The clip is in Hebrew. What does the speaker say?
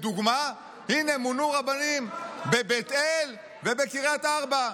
לדוגמה, הינה, מונו רבנים בבית אל ובקריית ארבע.